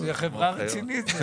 זה חברה רצינית.